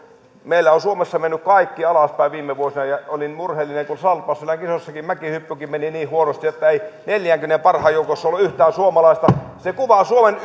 meillä on suomessa mennyt kaikki alaspäin viime vuosina ja olin murheellinen kun salpausselän kisoissa mäkihyppykin meni niin huonosti että neljänkymmenen parhaan joukossa ei ollut yhtään suomalaista se kuvaa suomen